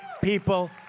people